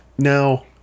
Now